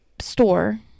store